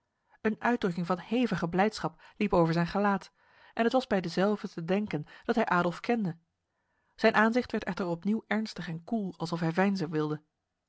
een uitdrukking van hevige blijdschap liep over zijn gelaat en het was bij dezelve te denken dat hij adolf kende zijn aanzicht werd echter opnieuw ernstig en koel alsof hij veinzen wilde